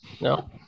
No